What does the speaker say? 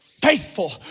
faithful